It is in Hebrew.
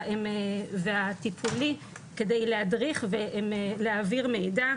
והטיפולי כדי להדריך ולהעביר מידע,